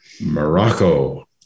Morocco